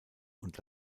und